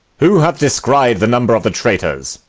who hath descried the number of the traitors?